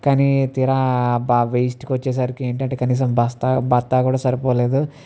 కానీ తీరా బా వైస్ట్కి వచ్చేసరికి ఏంటంటే కనీసం బస్తా బత్తా కూడా సరిపోలేదు